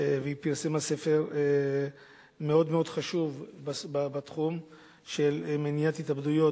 והיא פרסמה ספר מאוד מאוד חשוב בתחום של מניעת התאבדויות,